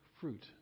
fruit